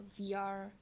VR